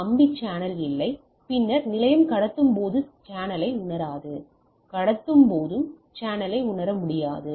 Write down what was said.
கம்பி சேனல் இல்லை பின்னர் நிலையம் கடத்தும்போது சேனலை உணராது கடத்தும் போது சேனலை உணர முடியாது